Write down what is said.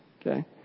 Okay